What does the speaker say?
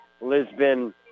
Lisbon